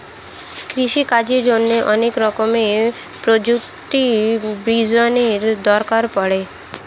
কৃষিকাজের জন্যে অনেক রকমের প্রযুক্তি বিজ্ঞানের দরকার পড়ে